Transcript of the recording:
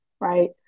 right